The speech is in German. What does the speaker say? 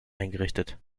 eingerichtet